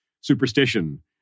superstition